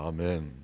Amen